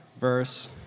verse